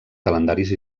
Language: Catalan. calendaris